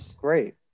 Great